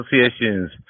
associations